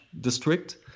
district